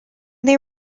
they